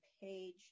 page